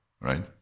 right